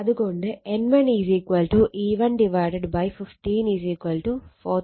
അത് കൊണ്ട് N1 E1 15 4500 15